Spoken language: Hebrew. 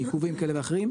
עיכובים כאלה ואחרים,